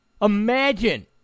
Imagine